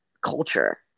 culture